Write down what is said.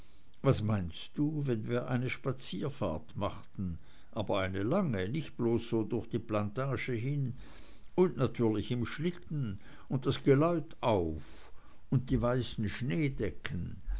was meinst du wenn wir eine spazierfahrt machten aber eine lange nicht bloß so durch die plantage hin und natürlich im schlitten und das geläut auf und die weißen schneedecken